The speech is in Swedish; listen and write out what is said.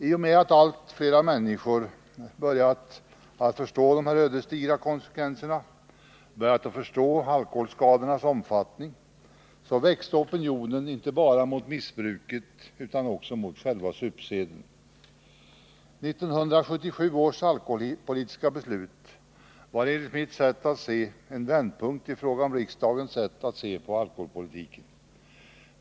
I och med att allt flera människor började förstå dessa ödesdigra konsekvenser och inse alkoholskadornas omfattning växte opinionen inte bara mot missbruket utan också mot själva supseden. 1977 års alkoholpolitiska beslut var enligt mitt sätt att se en vändpunkt i fråga om riksdagens sätt att se på alkoholpolitiken.